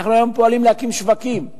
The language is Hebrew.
אנחנו היום פועלים להקים שווקים,